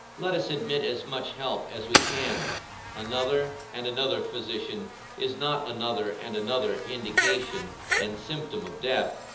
let us admit as much help as we can another and another physician is not another and another indication and symptom of death,